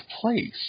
place